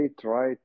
try